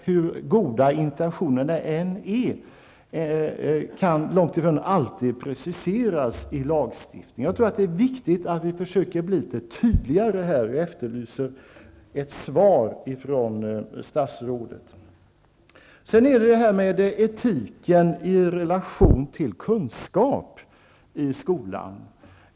Hur goda intentionerna än är bakom en lagstiftning kan man inte precisera allt i lagtexten. Jag tror att det är viktigt att vi försöker bli litet tydligare. Jag efterlyser ett svar från statsrådet. En annan fråga gäller etiken i relation till kunskap i skolan.